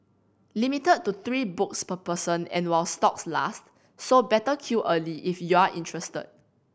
limited to three books per person and while stocks last so better queue early if you're interested